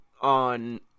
on